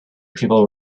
people